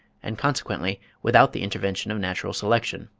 and consequently without the intervention of natural selection.